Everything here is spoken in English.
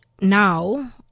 now